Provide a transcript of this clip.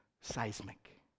seismic